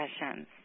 Sessions